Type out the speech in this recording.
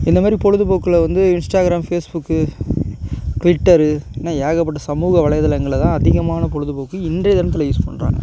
இந்தமாதிரி பொழுதுபோக்கில வந்து இன்ஸ்டாகிராம் ஃபேஸ்புக்கு ட்விட்டரு இன்னும் ஏகப்பட்ட சமூக வலைதளங்களைதான் அதிகமான பொழுதுபோக்கு இன்றைய தினத்தில் யூஸ் பண்ணுறாங்க